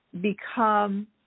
become